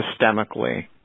systemically